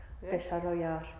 desarrollar